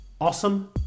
Awesome